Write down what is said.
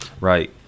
Right